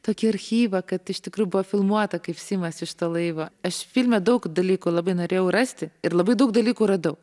tokį archyvą kad iš tikrųjų buvo filmuota kaip seimasiš to laivo aš filme daug dalykų labai norėjau rasti ir labai daug dalykų radau